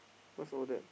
what's over there